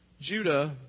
Judah